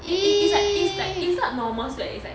it's like it's not normal sweat it's like